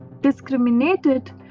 discriminated